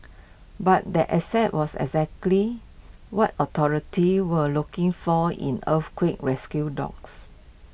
but the asset was exactly what authorities were looking for in earthquake rescue dogs